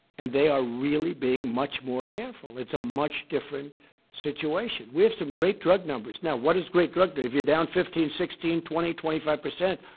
and they are really being much more careful. it's a much different situation. we have some great drug numbers. now, what is great drug if you're down fifteen, sixteen, twenty, twenty five percent,